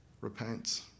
Repent